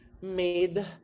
made